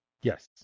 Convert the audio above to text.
Yes